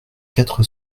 quatre